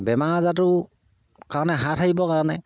বেমাৰ আজাৰটো কাৰণে হাত সাৰিবৰ কাৰণে